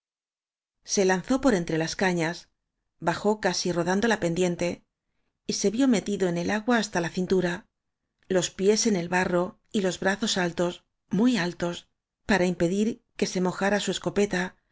se lanzó por entre las cañas bajó casi ro dando la pendiente y se vió metido en el agua hasta la cintura los pies en el barro y los bra zos altos muy altos para impedir que se mo jara su escopeta